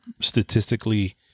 statistically